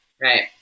Right